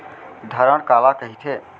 धरण काला कहिथे?